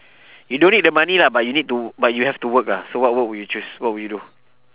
you don't need the money lah but you need to but you have to work lah so what work would you choose what would you do